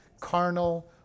carnal